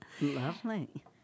Lovely